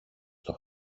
στο